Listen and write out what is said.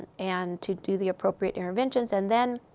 and to do the appropriate interventions. and then,